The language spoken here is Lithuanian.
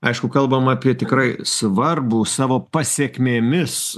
aišku kalbam apie tikrai svarbų savo pasekmėmis